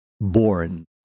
born